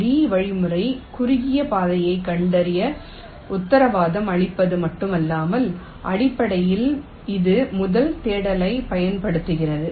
லீயின் வழிமுறை குறுகிய பாதையைக் கண்டறிய உத்தரவாதம் அளிப்பது மட்டுமல்லாமல் அடிப்படையில் இது முதல் தேடலைப் பயன்படுத்துகிறது